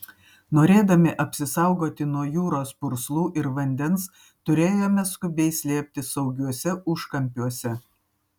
norėdami apsisaugoti nuo jūros purslų ir vandens turėjome skubiai slėptis saugiuose užkampiuose